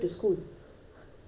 I was shock